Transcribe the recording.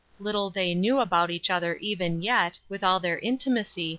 little they knew about each other even yet, with all their intimacy,